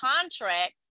contract